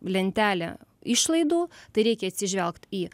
lentelę išlaidų tai reikia atsižvelgt į